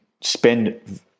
spend